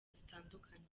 zitandukanye